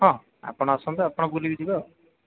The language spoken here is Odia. ହଁ ଆପଣ ଆସନ୍ତୁ ଆପଣ ବୁଲିକି ଯିବେ ଆଉ